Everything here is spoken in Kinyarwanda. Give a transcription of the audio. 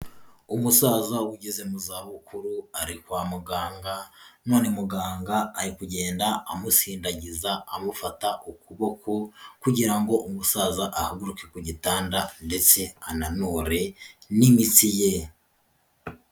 Umusaza ugeze mu zabukuru ari kwa muganga none muganga ari kugenda amusindagiza amufata ukuboko kugira ngo umusaza ahaguruke ku gitanda ndetse ananure n'imitsi ye.